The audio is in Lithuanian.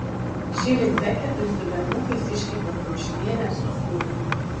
šįryt beketui su berniukais iškepiau kiaušinienę su sūriu